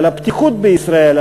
על הפתיחות בישראל,